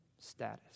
status